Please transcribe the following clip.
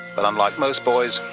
but unlike most boys,